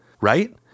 Right